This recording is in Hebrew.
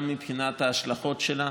גם מבחינת ההשלכות שלה,